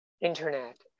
internet